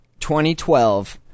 2012